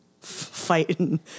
fighting